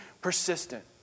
persistent